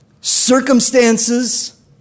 circumstances